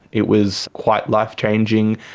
it was quite life-changing.